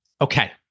Okay